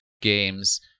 Games